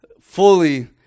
fully